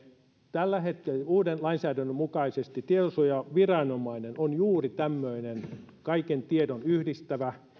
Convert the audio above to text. tällä hetkellä uuden lainsäädännön mukaisesti tietosuojaviranomainen on juuri tämmöinen kaiken tiedon yhdistävä